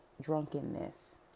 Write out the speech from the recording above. drunkenness